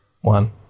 one